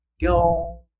go